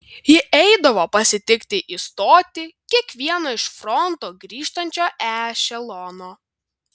ji eidavo pasitikti į stotį kiekvieno iš fronto grįžtančio ešelono